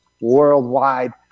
worldwide